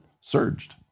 surged